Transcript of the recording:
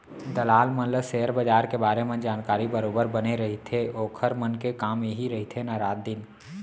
दलाल मन ल सेयर बजार के बारे मन जानकारी बरोबर बने रहिथे ओखर मन के कामे इही रहिथे ना रात दिन